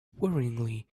worryingly